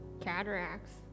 cataracts